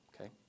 Okay